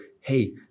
hey